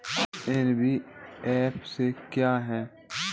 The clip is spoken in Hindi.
एन.बी.एफ.सी क्या है?